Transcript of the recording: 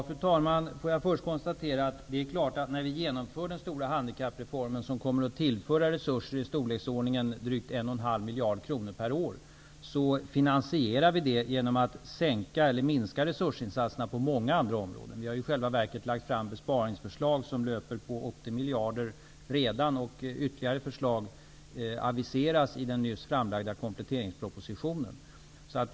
Fru talman! Det är klart att finansieringen av handikappreformen -- som kommer att tillföra resurser i storleksordningen drygt 1,5 miljarder kronor per år -- sker med hjälp av en minskning av resursinsatserna på många andra områden. Vi har i själva verket lagt fram besparingsförlsag som löper på 80 miljarder kronor. Ytterligare förslag aviseras i den nyss framlagda kompletteringspropositionen.